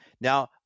Now